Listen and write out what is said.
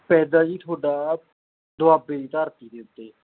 ਪੈਂਦਾ ਜੀ ਤੁਹਾਡਾ ਦੁਆਬੇ ਦੀ ਧਰਤੀ ਦੇ ਉੱਤੇ